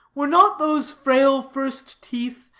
were not those frail first teeth,